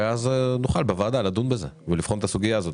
ואז נוכל בוועדה לדון בזה ולבחון את הסוגייה הזאת.